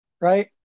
Right